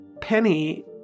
Penny